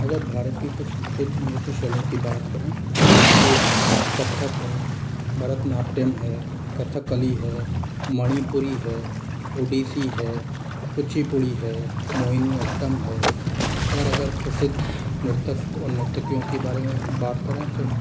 अगर भारत की कुछ प्रसिद्ध नृत्य शैलियों की बात करें तो कथक है भरत नाट्यम है कथकली है मणिपुरी है उड़ीसी है कुचिपुड़ी है मोहिनीअट्टम है और अगर प्रसिद्ध नृतक और नृतकियों की बारे में बात करें तो